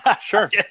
Sure